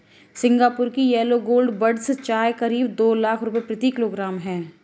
Singapore की yellow gold buds चाय करीब दो लाख रुपए प्रति किलोग्राम है